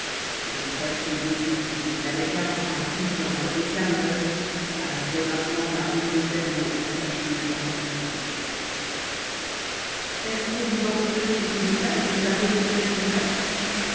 le prêtre d'éthiopie qui n'avait qu'un bras qu'une jambe et qu'un oeil ajoutait maintenant un rhume de cerveau à ces fâcheuses infirmités est-ce pour vous entretenir de ce détail que j'ai parlé des fenêtres ouvertes